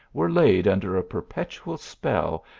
were laid under a perpetual spell,